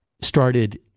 started